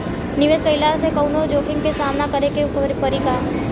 निवेश कईला से कौनो जोखिम के सामना करे क परि का?